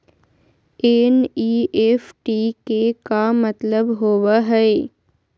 NEFT के का मतलव होव हई?